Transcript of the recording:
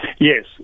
Yes